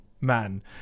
man